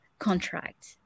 Contract